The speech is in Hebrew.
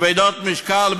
כבדות משקל,